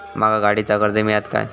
माका गाडीचा कर्ज मिळात काय?